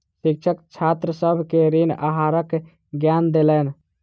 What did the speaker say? शिक्षक छात्र सभ के ऋण आहारक ज्ञान देलैन